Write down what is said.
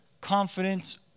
confidence